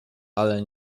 ale